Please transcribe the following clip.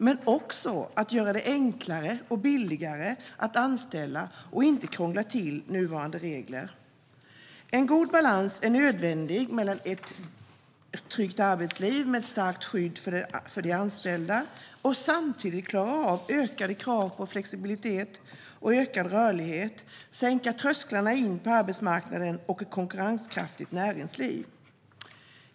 Vi måste göra det enklare och billigare att anställa, och vi ska inte krångla till nuvarande regler. Det är nödvändigt med en god balans. Vi ska ha ett tryggt arbetsliv med ett starkt skydd för de anställda, och samtidigt ska vi klara av ökade krav på flexibilitet och rörlighet, att sänka trösklarna in på arbetsmarknaden och att skapa ett konkurrenskraftigt näringsliv.